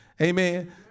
Amen